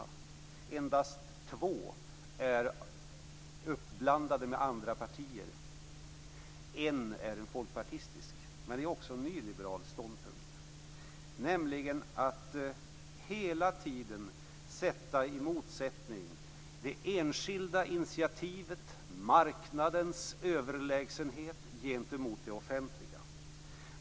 Det är endast två av reservationerna som även andra partier står bakom. En reservation är folkpartistisk, men den innehåller också en nyliberal ståndpunkt, nämligen att man hela tiden sätter det enskilda initiativet och marknadens överlägsenhet i motsatsställning till det offentliga.